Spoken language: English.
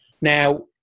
Now